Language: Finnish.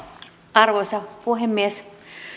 arvoisa puhemies